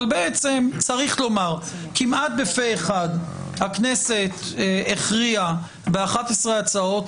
אבל צריך לומר כמעט בפה אחד הכנסת הכריעה ב-11 הצעות